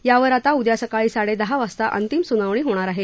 यावर आता उद्या सकाळी साडे दहा वाजता अंतिम सुनावणी होणार आहे